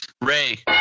Ray